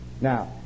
Now